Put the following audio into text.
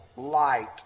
light